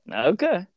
Okay